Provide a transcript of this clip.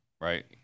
right